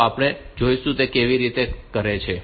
તો આપણે જોઈશું કે તે કેવી રીતે કરે છે